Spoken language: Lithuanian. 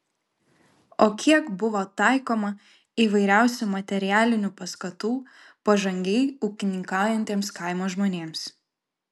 o kiek buvo taikoma įvairiausių materialinių paskatų pažangiai ūkininkaujantiems kaimo žmonėms